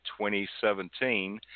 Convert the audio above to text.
2017